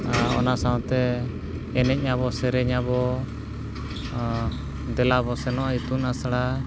ᱚᱱᱟ ᱥᱟᱶᱛᱮ ᱮᱱᱮᱡ ᱟᱵᱚ ᱥᱮᱨᱮᱧ ᱟᱵᱚ ᱫᱮᱞᱟ ᱵᱚᱱ ᱥᱮᱱᱚᱜᱼᱟ ᱤᱛᱩᱱ ᱟᱥᱲᱟ